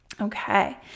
Okay